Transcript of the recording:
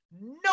no